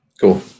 Cool